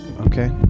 okay